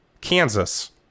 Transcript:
Kansas